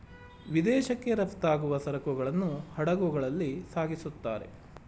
ವಿದೇಶಕ್ಕೆ ರಫ್ತಾಗುವ ಸರಕುಗಳನ್ನು ಹಡಗುಗಳಲ್ಲಿ ಸಾಗಿಸುತ್ತಾರೆ